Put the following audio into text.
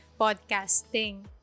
podcasting